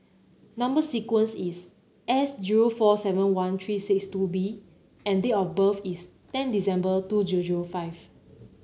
number sequence is S zero four seven one three six two B and date of birth is ten December two zero zero five